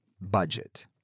budget